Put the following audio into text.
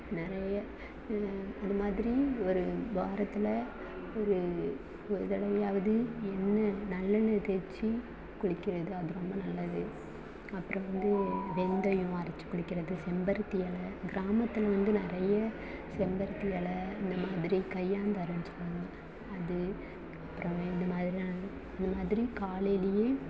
நிறைய இது மாதிரி ஒரு வாரத்தில் ஒரு ஒரு தடவையாவது எண்ணெய் நல்லெண்ணெயை தேய்ச்சி குளிக்கிறது அது ரொம்ப நல்லது அப்புறம் வந்து வெந்தையம் அரைச்சி குளிக்கிறது செம்பருத்தி இல கிராமத்தில் வந்து நிறைய செம்பருத்தி இல அந்த மாதிரி கையாந்தரன்னு சொல்லுவாங்க அது அப்புறம் இது மாதிரி நல் இது மாதிரி காலையிலையே